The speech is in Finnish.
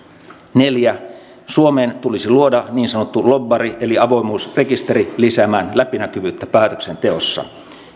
neljä suomeen tulisi luoda niin sanottu lobbari eli avoimuusrekisteri lisäämään läpinäkyvyyttä päätöksenteossa